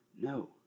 No